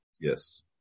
Yes